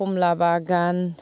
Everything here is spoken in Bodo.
कमला बागान